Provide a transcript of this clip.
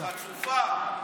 חצופה.